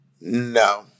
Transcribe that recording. No